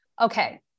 Okay